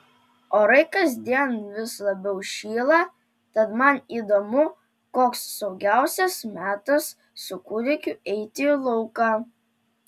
orai kasdien vis labiau šyla tad man įdomu koks saugiausias metas su kūdikiu eiti į lauką